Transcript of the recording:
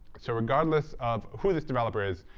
so regardless of who this developer is,